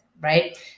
right